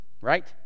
right